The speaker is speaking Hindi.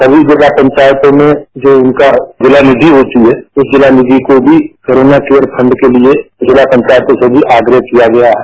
सभी जिला पंचायतों में जो उनका जिला निक्षि होती हैं उस जिला निधि को भी कोरोना केयर फंड के लिये जिला पंचायतों से भी आग्रह किया गया है